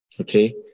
Okay